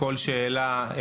כל שאלה,